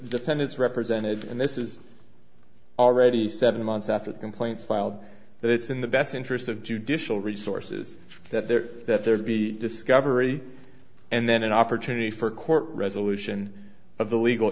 defendants represented and this is already seven months after the complaints filed that it's in the best interest of judicial resources that there that there be discovery and then an opportunity for a court resolution of the legal